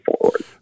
forward